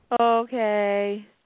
okay